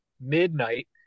midnight